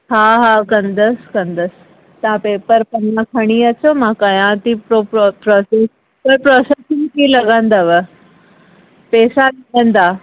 हा हा कंदसि कंदसि तां पेपर पना खणी अचो मां कयां थी प्रोसेस त प्रोसेसिंग फीस बि लॻंदव पैसा लॻंदा